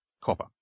copper